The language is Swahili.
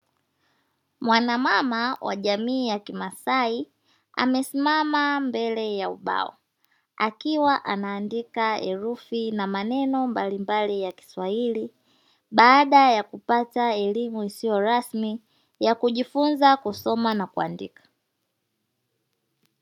Mwanamama wa jamii ya kimasai amesimama mbele ya ubao, akiwa anaandika herufi na maneno mbalimbali ya kiswahili baada ya kupata elimu isiyo rasmi ya kujifunza kusoma na kuandika.